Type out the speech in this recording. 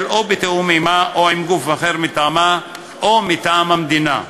או בתיאום עמה או עם גוף אחר מטעמה או מטעם המדינה".